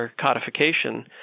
codification